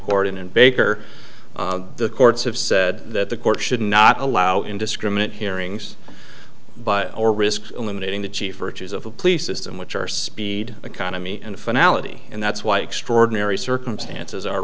court and baker the courts have said that the court should not allow indiscriminate hearings by or risk eliminating the chief searches of a police system which are speed economy and finality and that's why extraordinary circumstances are